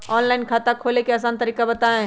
Online खाता खोले के आसान तरीका बताए?